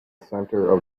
center